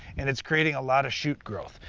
and it's creating a lot of shoot growth.